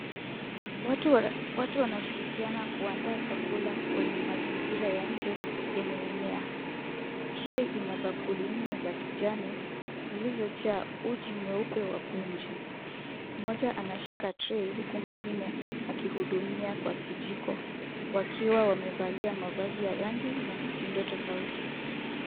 Watu wanashirikiana kuandaa chakula kwenye mazingira ya nje, yenye mimea. Trei za ina bakuli nne kijani, zilizojaa uji mweupe wa punje. Mmoja anashika trei, huku mwingine akihudumia kwa kijiko. Wakiwa wamevalia mavazi ya rangi, na mitindo tofauti.